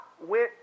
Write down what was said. went